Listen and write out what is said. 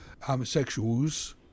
homosexuals